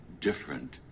different